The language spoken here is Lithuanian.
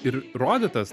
ir rodytas